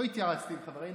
לא התייעצתי עם חבריי.